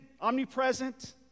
omnipresent